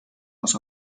aus